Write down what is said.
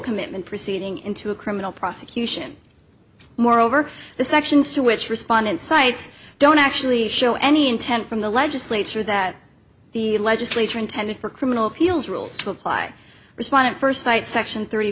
commitment proceeding into a criminal prosecution moreover the sections to which respondent cites don't actually show any intent from the legislature that the legislature intended for criminal appeals rules to apply respondent first sight section thirty